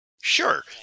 Sure